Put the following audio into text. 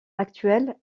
actuel